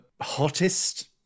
hottest